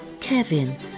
Kevin